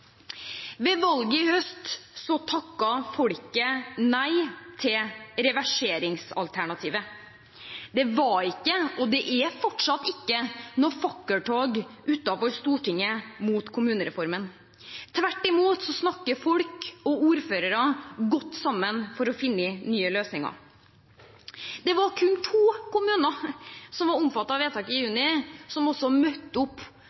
Ved valget i høst takket folket nei til reverseringsalternativet. Det var ikke, og det er fortsatt ikke, noe fakkeltog utenfor Stortinget mot kommunereformen. Tvert imot snakker folk og ordførere godt sammen for å finne nye løsninger. Det var kun to kommuner som var omfattet av vedtaket i juni som også møtte opp